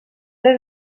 tres